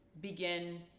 begin